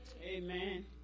Amen